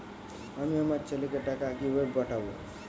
আমি আমার ছেলেকে টাকা কিভাবে পাঠাব?